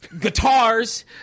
guitars